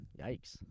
Yikes